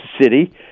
city